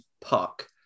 puck